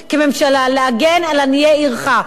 כממשלה: להגן על עניי עירך.